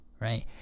right